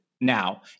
now